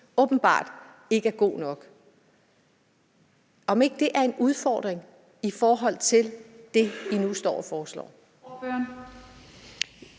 åbenbart ikke er god nok, og om ikke det er en udfordring i forhold til det, I nu står og foreslår.